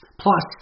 Plus